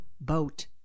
boat